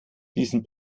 diesen